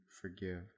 forgive